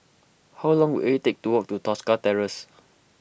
how long will it take to walk to Tosca Terrace